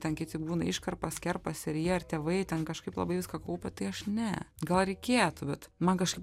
ten kiti būna iškarpas kerpasi ir jie ir tėvai ten kažkaip labai viską kaupia tai aš ne gal reikėtų bet man kažkaip